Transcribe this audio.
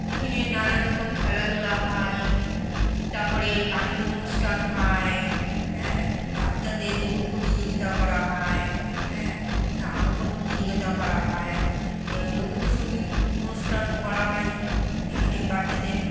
এখানে নানারকম খেলাধুলা হয় তার পরে গানের অনুষ্ঠান হয় হ্যাঁ বাচ্চাদের দৌড় প্রতিযোগিতা করা হয় হ্যাঁ তা অঙ্কন প্রতিযোগিতাও করা হয় রবীন্দ্র সঙ্গীত অনুষ্ঠান করা হয় এখানে বাচ্চাদের